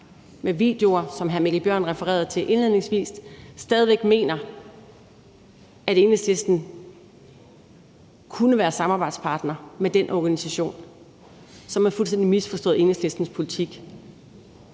med videoerne, som hr. Mikkel Bjørn refererede til indledningsvis, stadig væk mener, at Enhedslisten kunne være samarbejdspartner med den organisation, så har man fuldstændig misforstået Enhedslistens politik,